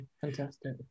fantastic